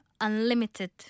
unlimited